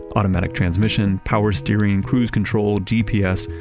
automatic transmission, power steering, cruise control, gps,